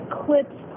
clips